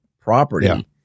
property